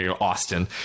Austin